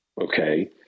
Okay